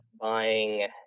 buying